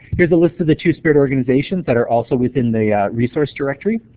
here is a list of the two-spirit organizations that are also within the resource directory.